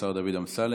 השר דוד אמסלם,